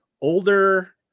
older